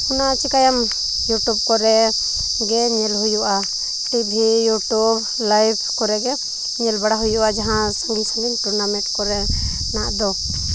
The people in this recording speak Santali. ᱚᱱᱟ ᱪᱤᱠᱟᱭᱟᱢ ᱤᱭᱩᱴᱩᱵᱽ ᱠᱚᱨᱮ ᱜᱮ ᱧᱮᱞ ᱦᱩᱭᱩᱜᱼᱟ ᱴᱤᱵᱷᱤ ᱤᱭᱩᱴᱩᱵᱽ ᱞᱟᱭᱤᱵᱷ ᱠᱚᱨᱮ ᱜᱮ ᱧᱮᱞ ᱵᱟᱲᱟ ᱦᱩᱭᱩᱜᱼᱟ ᱡᱟᱦᱟᱸ ᱥᱟᱺᱜᱤᱧ ᱥᱟᱺᱜᱤᱧ ᱴᱩᱨᱱᱟᱢᱮᱱᱴ ᱠᱚᱨᱮᱱᱟᱜ ᱫᱚ